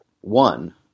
One